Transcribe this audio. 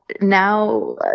now